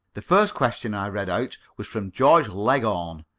the first question i read out was from george leghorn.